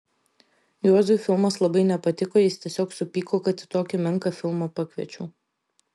juozui filmas labai nepatiko jis tiesiog supyko kad į tokį menką filmą pakviečiau